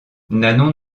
nanon